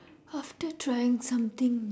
after trying something